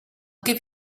give